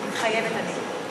מתחייבת אני